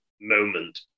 moment